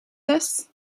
this